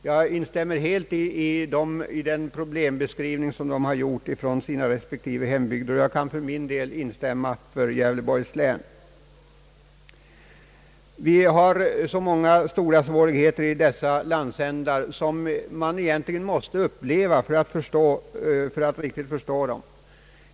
Jag instämmer helt när det gäller den problembeskrivning de har gjort från sina respektive hembygder, den gäller också för Gävleborgs län. I dessa landsändar finns så många stora svårigheter som man egentligen måste uppleva för att riktigt förstå.